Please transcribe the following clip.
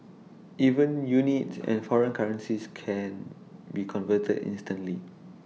even units and foreign currencies can be converted instantly